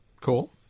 cool